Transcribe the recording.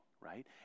right